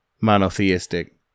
monotheistic